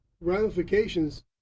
ramifications